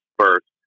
first